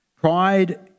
Pride